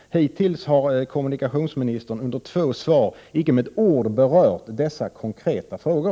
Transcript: Hittills har kommunikationsministern under sina två anföranden inte med ett ord berört dessa konkreta frågor.